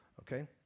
Okay